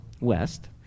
west